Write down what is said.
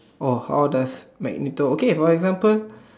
oh how does Magneto okay for example